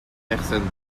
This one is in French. personne